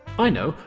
i know!